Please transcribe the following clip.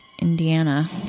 Indiana